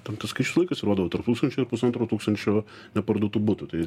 ten tas skaičius visą laiką svyruodavo tarp tūkstančio ir pusantro tūkstančio neparduotų butų tai